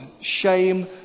Shame